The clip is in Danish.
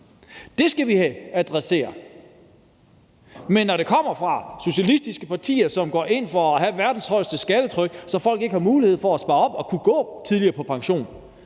det skal vi adressere. Men når det kommer fra socialistiske partier, som går ind for at have verdens højeste skattetryk, så folk ikke har en mulighed for at spare op og kunne gå tidligere på pension,